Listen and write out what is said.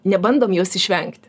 nebandom jos išvengti